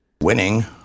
Winning